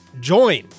join